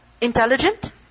intelligent